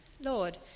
Lord